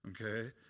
Okay